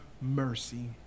mercy